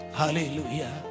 hallelujah